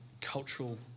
cultural